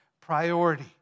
priority